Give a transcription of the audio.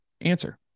answer